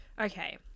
Okay